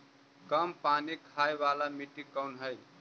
कम पानी खाय वाला मिट्टी कौन हइ?